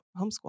homeschool